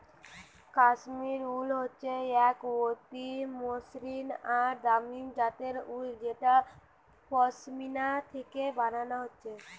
কাশ্মীর উল হচ্ছে এক অতি মসৃণ আর দামি জাতের উল যেটা পশমিনা থিকে বানানা হচ্ছে